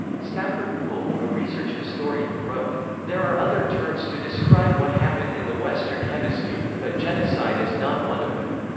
stafford poole, a research historian, wrote there are other terms to describe what happened in the western hemisphere, but genocide is not one of them.